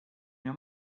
your